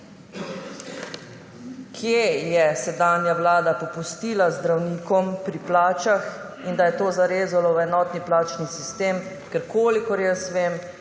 je sedanja vlada popustila zdravnikom pri plačah in je to zarezalo v enotni plačni sistem. Ker kolikor jaz vem,